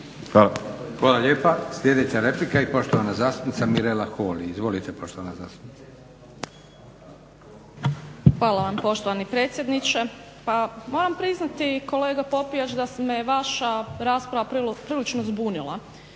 Hvala lijepa. Sljedeća replika i poštovana zastupnica Mirela Holy. Izvolite poštovana zastupnice. **Holy, Mirela (SDP)** Hvala vam poštovani predsjedniče. Pa moram priznati kolega Popijač da me vaša rasprava prilično zbunila.